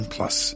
Plus